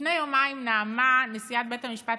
לפני יומיים נאמה נשיאת בית המשפט